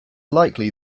likely